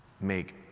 make